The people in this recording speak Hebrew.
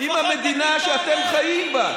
שטייניץ, לפחות תצטט נכון,